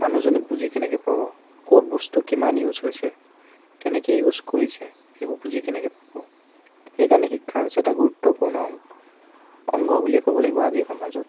মানুহজনে বুজি কেনেকৈ পাব ক'ত বস্তু কিমান ইউজ হৈছে কেনেকৈ ইউজ কৰিছে সেইবোৰ বুজি কেনেকৈ পাব সেইকাৰণে শিক্ষা হৈছে এটা গুৰুত্বপূৰ্ণ অংগ বুলিয়ে ক'ব লাগিব আজিৰ সমাজত